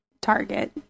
target